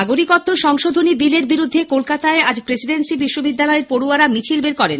নাগরিকত্ব সংশোধনী বিলের বিরুদ্ধে কলকাতায় আজ প্রেসিডেন্সি বিশ্ববিদ্যালয়ের পড়য়ারা মিছিল বের করেন